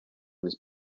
his